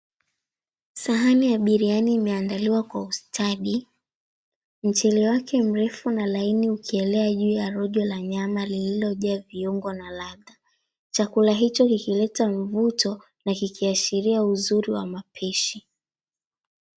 Sahani ya biriani imeandaliwa kwa ustadi. Mchele wake mrefu na laini ukielea juu ya rojo la nyama lililojaa viungo na ladha. Chakula hicho ikileta mvuto na kikiashiria uzuri wa mapishi.